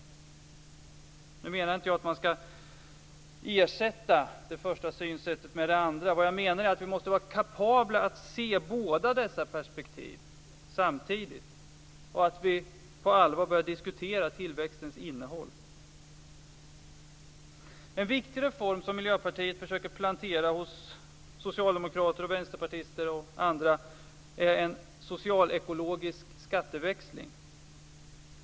Nu menar jag inte att man skall ersätta det första synsättet med det andra. Vad jag menar är att vi måste vara kapabla att se båda dessa perspektiv samtidigt och att vi på allvar måste börja diskutera tillväxtens innehåll. En viktig reform som Miljöpartiet försöker plantera hos socialdemokrater, vänsterpartister och andra är en socialekologisk skatteväxling.